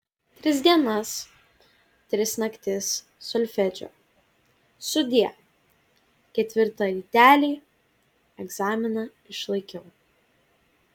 tris dienas tris naktis solfedžio sudie ketvirtą rytelį egzaminą išlaikiau